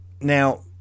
now